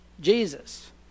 Jesus